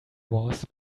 was